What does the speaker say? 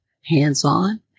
hands-on